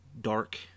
dark